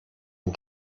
and